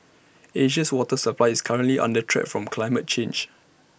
Asia's water supply is currently under threat from climate change